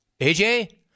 AJ